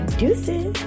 deuces